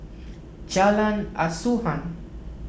Jalan Asuhan